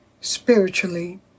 spiritually